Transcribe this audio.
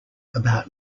about